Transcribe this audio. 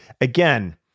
again